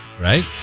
right